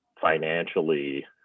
financially